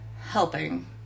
helping